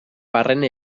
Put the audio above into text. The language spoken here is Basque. barrena